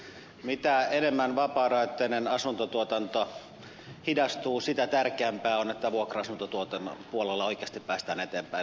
mitä enemmän vapaarahoitteinen asuntotuotanto hidastuu sitä tärkeämpää on että vuokra asuntotuotannon puolella oikeasti päästään eteenpäin